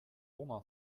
oma